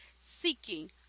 seeking